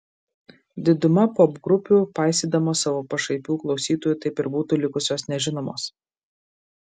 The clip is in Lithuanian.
diduma popgrupių paisydamos savo pašaipių klausytojų taip ir būtų likusios nežinomos